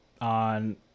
on